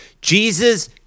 Jesus